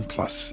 Plus